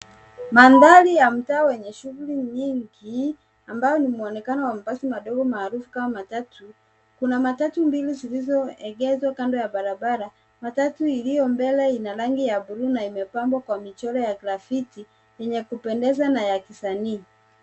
Mandhari ya mtaa wenye shughuli nyingi ambao ni muonekano wa mabasi madogo maarufu kama matatu. Kuna matatu mbili zilizoegeshwa kando ya barabara. Matatu iliyo mbele ina rangi ya blue na imepambwa kwa michoro ya grafiti yenye kupendeza na ya kisanii.